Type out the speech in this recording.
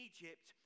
Egypt